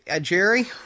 Jerry